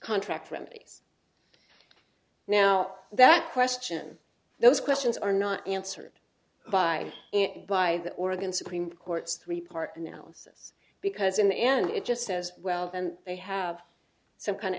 contract remedies now that question those questions are not answered by by the oregon supreme court's three part now says because in the end it just says well then they have some kind of